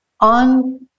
on